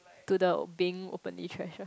to the being openly trash ah